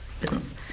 business